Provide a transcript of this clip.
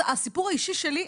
הסיפור האישי שלי,